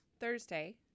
Thursday